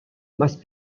must